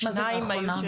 שניים היו.